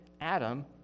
Adam